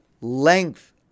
length